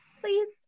Please